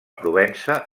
provença